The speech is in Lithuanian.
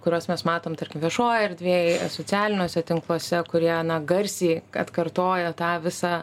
kuriuos mes matom tarkim viešojoj erdvėj socialiniuose tinkluose kurie garsiai atkartoja tą visą